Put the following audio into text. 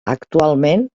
actualment